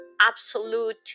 absolute